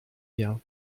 mir